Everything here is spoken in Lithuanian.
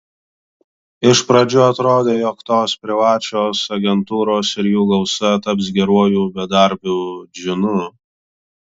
iš pradžių atrodė jog tos privačios agentūros ir jų gausa taps geruoju bedarbių džinu